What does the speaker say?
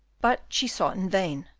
but she sought in vain,